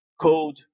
code